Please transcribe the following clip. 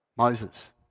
Moses